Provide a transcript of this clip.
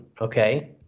Okay